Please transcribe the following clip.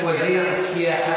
וזיר א-סיאחה.